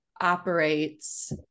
operates